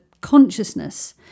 consciousness